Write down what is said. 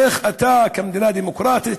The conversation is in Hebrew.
איך אתה, כמדינה דמוקרטית,